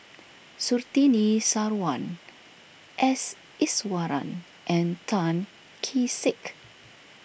Surtini Sarwan S Iswaran and Tan Kee Sek